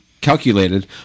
calculated